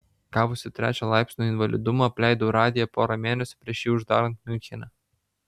gavusi trečio laipsnio invalidumą apleidau radiją porą mėnesių prieš jį uždarant miunchene